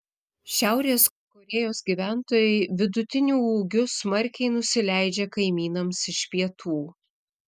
šiaurės korėjos gyventojai vidutiniu ūgiu smarkiai nusileidžia kaimynams iš pietų